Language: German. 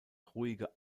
ruhige